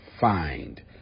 find